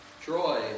Troy